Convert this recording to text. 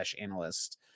analyst